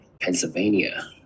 Pennsylvania